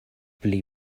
pli